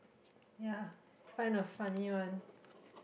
ya find a funny one